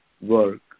work